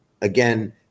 Again